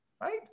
Right